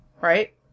right